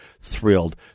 thrilled